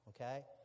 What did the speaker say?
okay